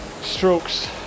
strokes